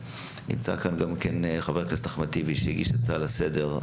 נמצא כאן גם חבר הכנסת אחמד טיבי שהגיש הצעה לסדר היום.